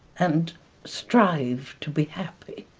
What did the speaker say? and strive to be happy.